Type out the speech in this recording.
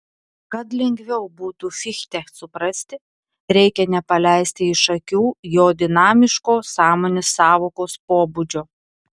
kad lengviau būtų fichtę suprasti reikia nepaleisti iš akių jo dinamiško sąmonės sąvokos pobūdžio